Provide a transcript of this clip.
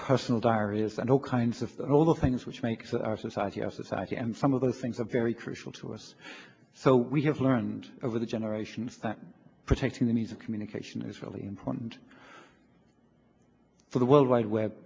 personal diaries and all kinds of things which makes our society our society and some of those things are very crucial to us so we have learned over the generations that protecting the means of communication is really important for the world wide web